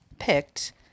picked